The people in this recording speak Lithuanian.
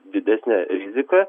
didesnė rizika